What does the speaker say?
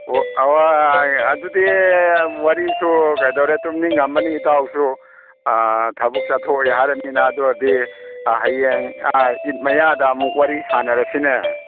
ꯑꯣ ꯑꯗꯨꯗꯤ ꯋꯥꯔꯤꯁꯨ ꯀꯩꯗꯧꯔꯦ ꯇꯨꯝꯅꯤꯡꯉꯝꯃꯅꯤ ꯏꯇꯥꯎꯁꯨ ꯑꯥ ꯊꯕꯛ ꯆꯠꯊꯣꯛꯎꯏ ꯍꯥꯏꯔꯃꯤꯅ ꯑꯗꯨꯗꯤ ꯑꯥ ꯍꯌꯦꯡ ꯏꯗ ꯃꯌꯥꯗ ꯑꯃꯨꯛ ꯋꯥꯔꯤ ꯁꯥꯟꯅꯔꯁꯤꯅꯦ